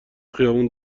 خیابون